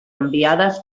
enviades